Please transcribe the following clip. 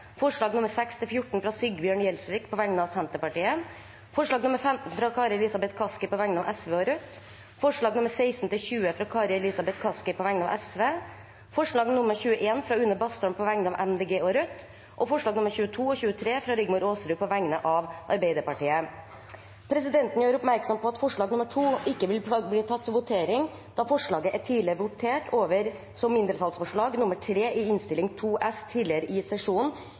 fra Sigbjørn Gjelsvik på vegne av Senterpartiet forslag nr. 15, fra Kari Elisabeth Kaski på vegne av Sosialistisk Venstreparti og Rødt forslagene nr. 16–20, fra Kari Elisabeth Kaski på vegne av Sosialistisk Venstreparti forslag nr. 21, fra Une Bastholm på vegne av Miljøpartiet De Grønne og Rødt forslagene nr. 22 og 23, fra Rigmor Aasrud på vegne av Arbeiderpartiet Presidenten gjør oppmerksom på at forslag nr. 2 ikke vil bli tatt opp til votering, da forslaget er votert over tidligere i sesjonen som mindretallsforslag nr. 3 i Innst. 2 S